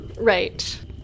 Right